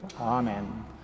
Amen